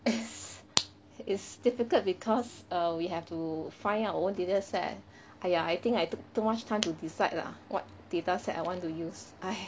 it's is difficult because err we have to find our own data set !aiya! I think I took too much time to decide lah what data set I want to use !hais!